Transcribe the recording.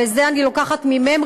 ואת זה אני לוקחת מממר"י,